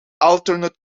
alternate